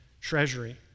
treasury